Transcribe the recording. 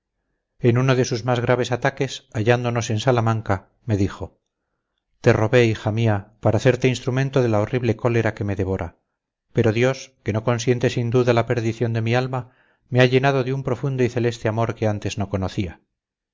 en uno de sus más graves ataques hallándonos en salamanca me dijo te robé hija mía para hacerte instrumento de la horrible cólera que me devora pero dios que no consiente sin duda la perdición de mi alma me ha llenado de un profundo y celeste amor que antes no conocía